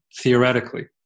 theoretically